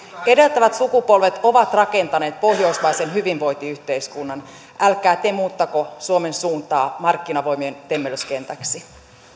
edeltävät sukupolvet ovat rakentaneet pohjoismaisen hyvinvointiyhteiskunnan älkää te muuttako suomen suuntaa markkinavoimien temmellyskentäksi